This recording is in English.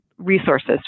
resources